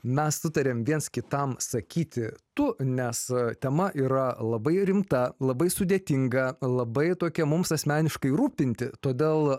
mes sutarėm viens kitam sakyti tu nes tema yra labai rimta labai sudėtinga labai tokia mums asmeniškai rūpinti todėl